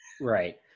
right